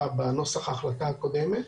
בנוסח ההחלטה הקודמת,